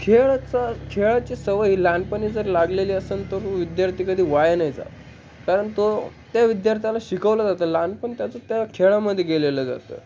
खेळचा खेळाची सवयी लहानपणी जर लागलेली असेन तर तो विद्यार्थी कधी वाया नाही जात कारण तो त्या विद्यार्थ्याला शिकवलं जातं लहानपण त्याचं त्या खेळामध्ये गेलेलं जातं